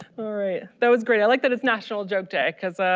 all right, that was great. i like that it's national joke day, cuz ah,